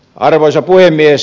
arvoisa puhemies